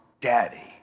Daddy